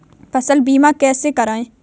फसल बीमा कैसे कराएँ?